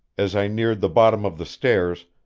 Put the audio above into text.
as i neared the bottom of the stairs,